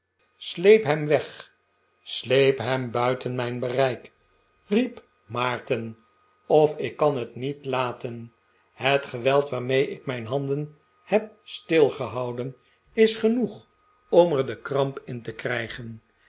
gesleep hem weg sleep hem buiten mijn bereik riep maarten of ik kan net niet laten het geweld waarmee ik m'ijn handen heb stilgehouden is genoeg om er de kramp in te krijgen